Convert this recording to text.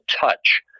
touch